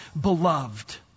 beloved